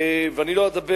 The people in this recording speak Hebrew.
ואני לא אדבר,